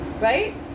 right